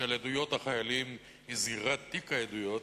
של עדויות החיילים היא סגירת תיק העדויות,